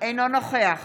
אינו נוכח